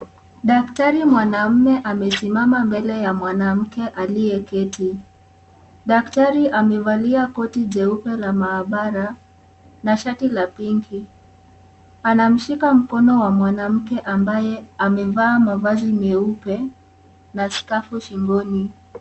Daktari mwanaume amesimama mbele ya mwanamke aliyeketi. Daktari amevalia koti jeupe la maabara na shati la pinki. Anamshika mkono wa mwanamke ambaye amevaa mavazi meupe na skafu shingoni.